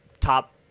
top